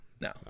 no